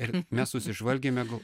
ir mes susižvalgėme gal